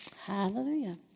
Hallelujah